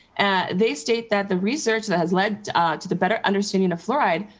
and they state that the research that has led to the better understanding of fluoride,